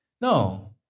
No